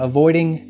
Avoiding